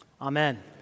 amen